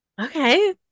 okay